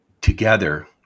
together